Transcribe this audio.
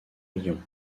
lyon